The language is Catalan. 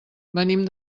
venim